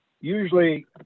usually